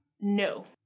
No